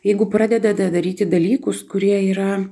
jeigu pradedate daryti dalykus kurie yra